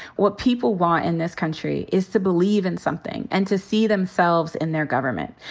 what people want in this country is to believe in something and to see themselves in their government.